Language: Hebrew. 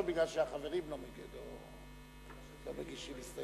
או כי החברים לא מגישים הסתייגויות?